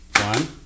one